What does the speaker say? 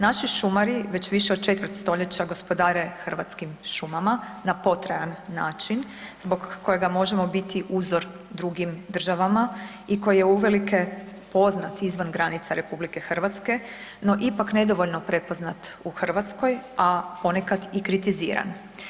Naši šumari već više od četvrt stoljeća gospodare hrvatskim šumama na potrajan način zbog kojega možemo biti uzor drugim državama i koji je uvelike poznat izvan granica RH no ipak nedovoljno prepoznat u Hrvatskoj a ponekad i kritiziran.